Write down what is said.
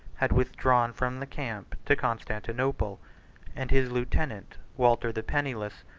had withdrawn from the camp to constantinople and his lieutenant, walter the penniless,